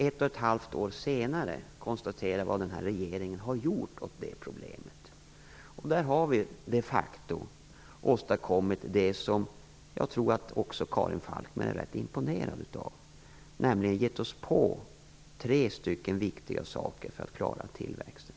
Ett och ett halvt år senare kan vi konstatera vad den här regeringen har gjort åt det problemet. Vi har de facto åstadkommit saker som jag tror att också Karin Falkmer är rätt imponerad av. Vi har gett oss på tre viktiga saker som är viktiga för att klara tillväxten.